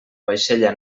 vaixella